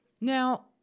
Now